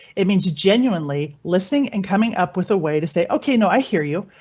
it means genuinely. listening and coming up with a way to say ok, now i hear you.